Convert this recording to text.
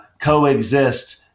coexist